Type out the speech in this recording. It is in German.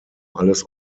alles